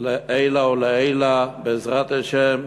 לעילא ולעילא, בעזרת השם,